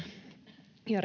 ja